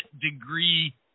degree